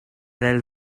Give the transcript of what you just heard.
del